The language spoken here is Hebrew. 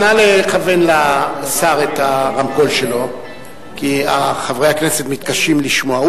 נא לכוון לשר את הרמקול שלו כי חברי הכנסת מתקשים לשמוע.